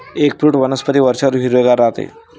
eggfruit वनस्पती वर्षभर हिरवेगार राहते